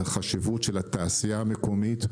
החשיבות של התעשייה המקומית,